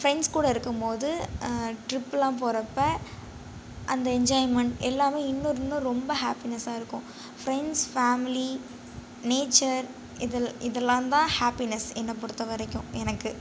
friends கூட இருக்கும்போது ட்ரிப்புலாம் போகிறப்ப அந்த என்ஜாய்மெண்ட் எல்லாமே இன்னும் இன்னும் ரொம்ப ஹாப்பினஸ்சாக இருக்கும் ஃப்ரெண்ட்ஸ் ஃபேமிலி நேச்சர் இது இதுலாந்தான் ஹாப்பினஸ் என்னை பொறுத்த வரைக்கும் எனக்கு